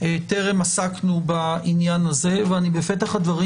טרם עסקנו בעניין הזה ואני בפתח הדברים